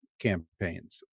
campaigns